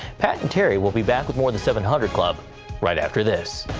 pat and terry will be back with more of the seven hundred club right after this.